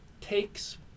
takes